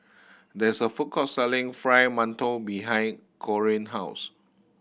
there is a food court selling Fried Mantou behind Corine house